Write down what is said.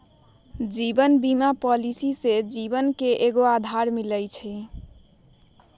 जीवन बीमा पॉलिसी से जीवन के एक आधार मिला हई